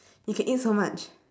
you can eat so much